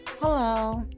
Hello